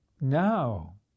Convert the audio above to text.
now